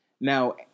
Now